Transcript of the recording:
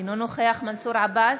אינו נוכח מנסור עבאס,